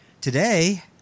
Today